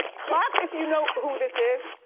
clap if you know who this is.